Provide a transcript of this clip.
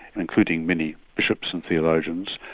including many bishops and theologians